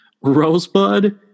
Rosebud